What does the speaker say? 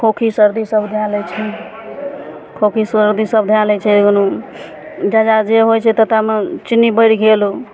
खोखी सर्दीसब धए लै छै खोखी सर्दीसब धए लै छै जनु जा जा जे होइ छै ता तामे चिन्नी बढ़ि गेल